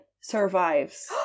survives